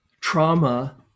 trauma